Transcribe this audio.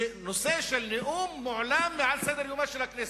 שנושא של נאום מועלם מעל סדר-יומה של הכנסת.